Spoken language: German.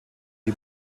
die